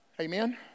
Amen